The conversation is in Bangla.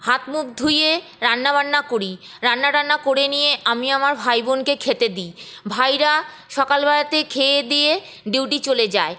হাত মুখ ধুয়ে রান্নাবান্না করি রান্না টান্না করে নিয়ে আমি আমার ভাই বোনকে খেতে দিই ভাইরা সকালবেলাতে খেয়ে দেয়ে ডিউটি চলে যায়